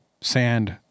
sand